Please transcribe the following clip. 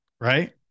right